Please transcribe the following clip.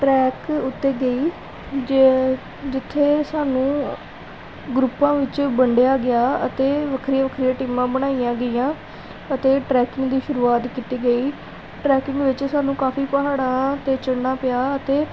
track ਉੱਤੇ ਗਈ ਜੇ ਜਿੱਥੇ ਸਾਨੂੰ ਗਰੁੱਪਾਂ ਵਿੱਚ ਵੰਡਿਆ ਗਿਆ ਅਤੇ ਵੱਖਰੀਆਂ ਵੱਖਰੀਆਂ ਟੀਮਾਂ ਬਣਾਈਆਂ ਗਈਆਂ ਅਤੇ ਟਰੈਕਿੰਗ ਦੀ ਸ਼ੁਰੂਆਤ ਕੀਤੀ ਗਈ ਟਰੈਕਿੰਗ ਵਿੱਚ ਸਾਨੂੰ ਕਾਫੀ ਪਹਾੜਾਂ 'ਤੇ ਚੜ੍ਹਨਾ ਪਿਆ ਅਤੇ